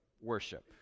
worship